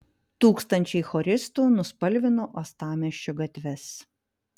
tūkstančiai choristų nuspalvino uostamiesčio gatves